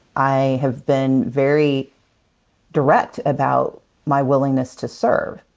i have been very direct about my willingness to serve,